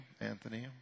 Anthony